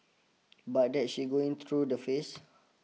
but that she's going through the phase